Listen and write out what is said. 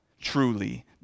truly